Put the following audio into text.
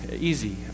easy